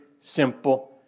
simple